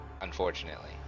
Unfortunately